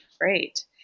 Great